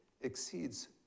exceeds